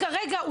כרגע,